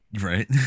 Right